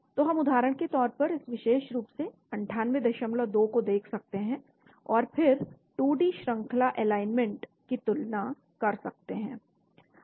तो हम उदाहरण के तौर पर इस विशेष रूप से 982 को देख सकते हैं और फिर 2D श्रंखला एलाइनमेंट की तुलना कर सकते हैं